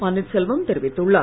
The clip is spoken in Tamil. பன்னீர்செல்வம் தெரிவித்துள்ளார்